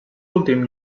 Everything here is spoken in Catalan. últim